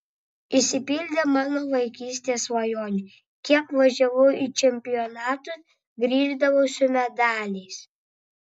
išsipildė mano vaikystės svajonė kiek važiavau į čempionatus grįždavau su medaliais